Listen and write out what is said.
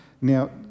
Now